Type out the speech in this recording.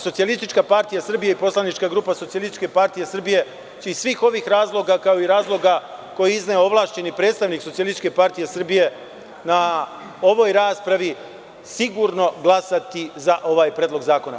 Socijalistička partija Srbije i poslanička grupa Socijalističke partije Srbije će iz svih ovih razloga, kao i razloga koje je izneo ovlašćeni predstavnik Socijalističke partije Srbije na ovoj raspravi, sigurno glasati za ovaj predlog zakona.